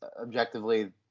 objectively